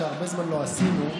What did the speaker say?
שהרבה זמן לא עשינו.